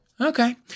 Okay